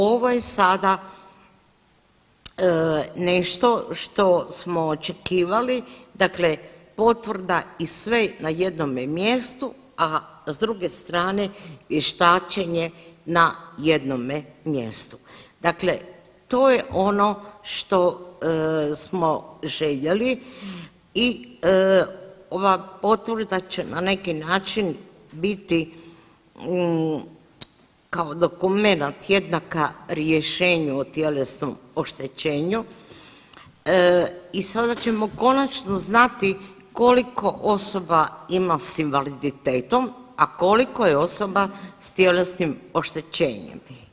Ovo je sada nešto što smo očekivali, dakle potvrda i sve na jednome mjestu, a s druge strane vještačenje na jednome mjestu, dakle to je ono što smo željeli i ova potvrda će na neki način biti kao dokumenat jednaka rješenju o tjelesnom oštećenju i sada ćemo konačno znati koliko osoba ima s invaliditetom, a koliko je osoba s tjelesnim oštećenjem.